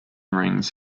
rings